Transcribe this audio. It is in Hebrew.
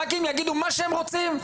ח"כים יגידו מה שהם רוצים.